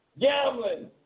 gambling